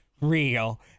real